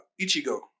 Ichigo